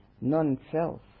non-self